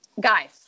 Guys